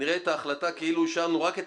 נראה את ההחלטה כאילו אישרנו רק את